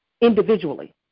individually